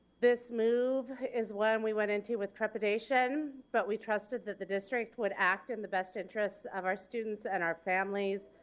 this move is one we went into with trepidation but we trusted that the district would act in the best interest of our students and our families.